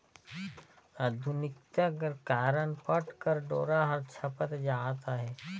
आधुनिकता कर कारन पट कर डोरा हर छपत जात अहे